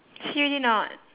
see already or not